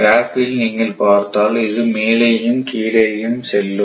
graph இல் நீங்கள் பார்த்தால் இது மேலேயும் கீழேயும் செல்லும்